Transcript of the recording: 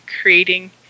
creating